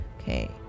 Okay